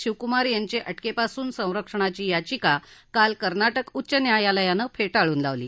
शिवकुमार यांची अटकेपासून संरक्षणाची याचिका काल कर्नाटक उच्च न्यायालयानं फेटाळून लावली